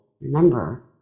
remember